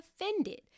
offended